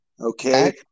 okay